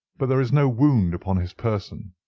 but there is no wound upon his person.